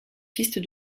pistes